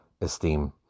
esteem